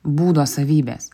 būdo savybės